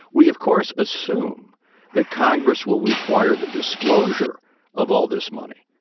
we, of course, assume that congress will require the disclosure of all this money.